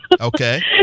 Okay